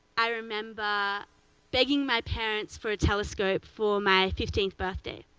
i remember begging my parents for a telescope for my fifteenth birthday.